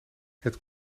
het